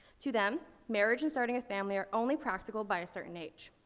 to them, marriage and starting a family are only practical by a certain age.